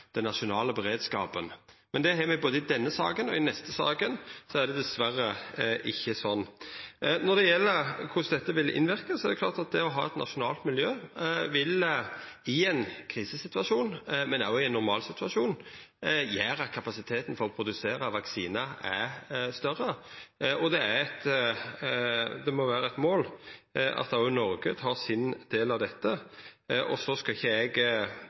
den nasjonale beredskapen, men i både denne saka og den neste er det dessverre ikkje sånn. Når det gjeld korleis dette vil verka, er det klart at det å ha eit nasjonalt miljø vil gjera – både i ein krisesituasjon og i ein normalsituasjon – at kapasiteten for å produsera vaksiner vert større. Det må vera eit mål at òg Noreg tek sin del av dette. Eg skal ikkje